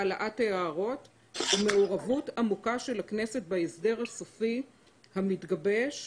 העלאת הערות ומעורבות עמוקה של הכנסת בהסדר הסופי המתגבש .